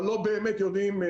אבל לא באמת יודעים.